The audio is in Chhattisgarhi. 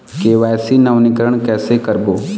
के.वाई.सी नवीनीकरण कैसे करबो?